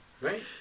Right